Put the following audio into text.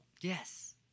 Yes